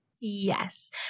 Yes